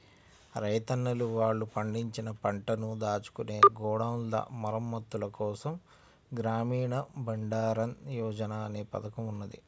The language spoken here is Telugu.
రైతన్నలు వాళ్ళు పండించిన పంటను దాచుకునే గోడౌన్ల మరమ్మత్తుల కోసం గ్రామీణ బండారన్ యోజన అనే పథకం ఉన్నది